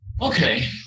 Okay